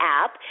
app